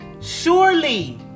Surely